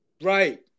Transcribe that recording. Right